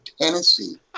Tennessee